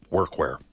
Workwear